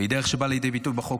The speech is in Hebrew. והיא דרך שבאה לידי ביטוי בחוק,